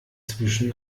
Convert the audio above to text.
zwischen